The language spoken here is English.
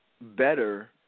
better